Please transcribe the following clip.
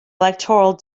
electoral